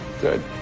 Good